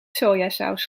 sojasaus